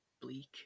bleak